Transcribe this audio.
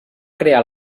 crear